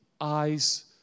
eyes